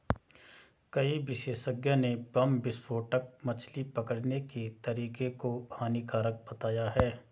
कई विशेषज्ञ ने बम विस्फोटक मछली पकड़ने के तरीके को हानिकारक बताया है